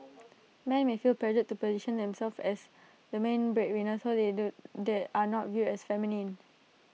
men may feel pressured to position themselves as the main breadwinner so they do they are not viewed as feminine